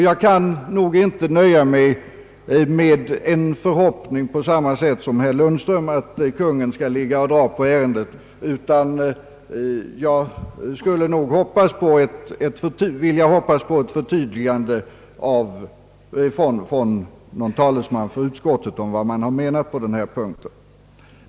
Jag kan nog inte på samma sätt som herr Lundström nöja mig med en förhoppning om att Kungl. Maj:t skall ligga och dra på ärendet, utan jag skulle vilja hoppas på ett förtydligande av någon talesman från utskottet vad man har menat på den här punkten.